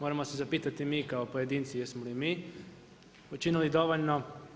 Moramo se zapitati mi kao pojedinci jesmo li mi učinili dovoljno.